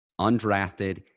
undrafted